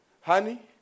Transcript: honey